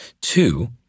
Two